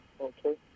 Okay